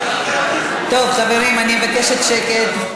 טוב, חברים, אני מבקשת שקט.